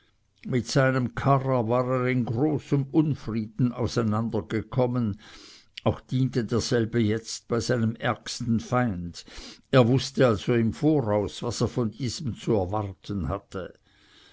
mit seinem karrer war er in großem unfrieden auseinander gekommen auch diente derselbe bei seinem ärgsten feind er wußte also im voraus was er von diesem zu erwarten hatte